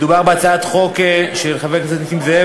מדובר בהצעת חוק של חבר הכנסת נסים זאב